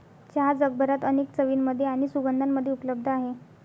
चहा जगभरात अनेक चवींमध्ये आणि सुगंधांमध्ये उपलब्ध आहे